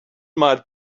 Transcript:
might